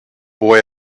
boy